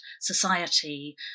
society